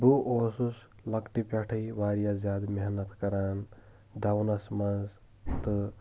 بہٕ اوسُس لۄکٹہِ پٮ۪ٹھےٕ واریاہ زیادٕ مٮ۪حنَت کَران دَونَس منٛز تہٕ